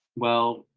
well,